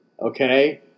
Okay